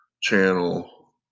channel